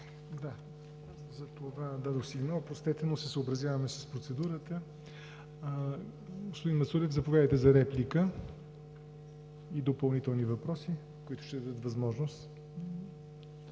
Да, затова дадох сигнал. Простете, но се съобразяваме с процедурата. Господин Мацурев, заповядайте за реплика и допълнителни въпроси, които ще дадат възможност